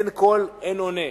אין קול, אין עונה.